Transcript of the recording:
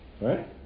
Right